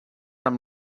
amb